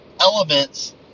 elements